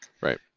Right